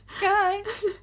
guys